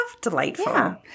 Delightful